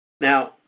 Now